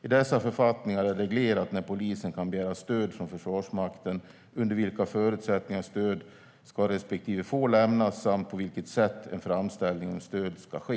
I dessa författningar är det reglerat när polisen kan begära stöd från Försvarsmakten, under vilka förutsättningar stöd ska respektive får lämnas samt på vilket sätt en framställning om stöd ska ske.